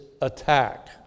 Attack